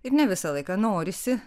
ir ne visą laiką norisi